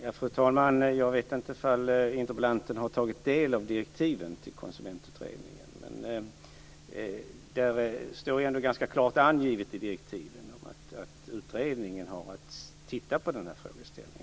Fru talman! Jag vet inte ifall interpellanten har tagit del av direktiven till Konsumentutredningen. Där står ganska klart angivet att utredningen har att se på denna fråga.